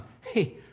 Hey